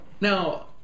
now